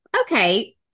okay